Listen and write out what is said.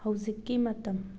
ꯍꯧꯖꯤꯛꯀꯤ ꯃꯇꯝ